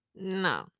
No